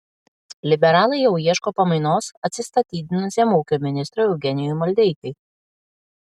liberalai jau ieško pamainos atsistatydinusiam ūkio ministrui eugenijui maldeikiui